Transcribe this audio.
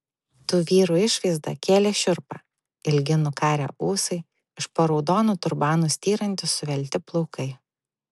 tų vyrų išvaizda kėlė šiurpą ilgi nukarę ūsai iš po raudonų turbanų styrantys suvelti plaukai